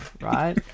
right